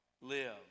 live